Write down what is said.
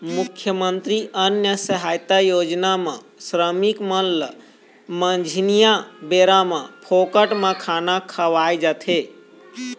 मुख्यमंतरी अन्न सहायता योजना म श्रमिक मन ल मंझनिया बेरा म फोकट म खाना खवाए जाथे